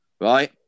right